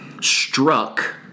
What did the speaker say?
struck